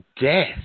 death